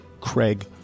Craig